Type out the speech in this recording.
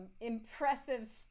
impressive